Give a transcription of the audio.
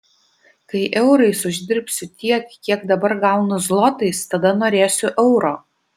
kai eurais uždirbsiu tiek kiek dabar gaunu zlotais tada norėsiu euro